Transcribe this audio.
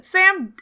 Sam-